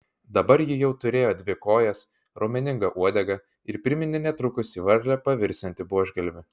dabar ji jau turėjo dvi kojas raumeningą uodegą ir priminė netrukus į varlę pavirsiantį buožgalvį